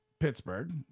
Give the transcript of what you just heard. pittsburgh